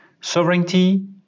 Sovereignty